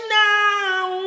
now